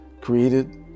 created